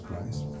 Christ